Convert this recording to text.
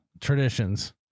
traditions